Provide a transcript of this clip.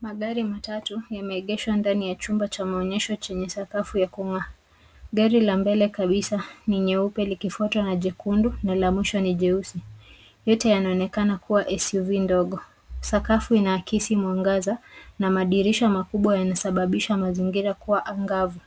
Magari matatu, yameegeshwa ndani ya chumba cha maonyesho chenye sakafu ya kung'aa. Gari la mbele kabisa ni nyeupe likifuatwa na jekundu na la nyuma ni jeusi. Yote yanaonekana kuwa SUV ndogo. Sakafu inaakisi mwangaza na madirisha makubwa yanasababisha mazingira kuwa angavu.